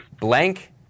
blank